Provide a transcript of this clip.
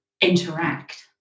interact